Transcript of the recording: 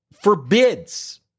forbids